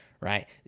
Right